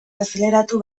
azaleratu